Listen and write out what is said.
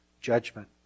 judgment